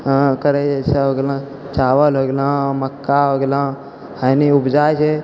करै छै जइसे हो गेलऽहँ चावल हो गेलऽहँ मक्का हो गेलऽहँ यानी उपजा छै